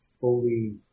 fully